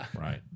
Right